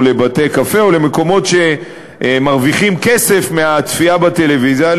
לבתי-קפה או למקומות שמרוויחים כסף מהצפייה בטלוויזיה,